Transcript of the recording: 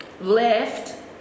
left